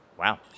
Wow